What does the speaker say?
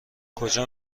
کجا